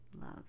love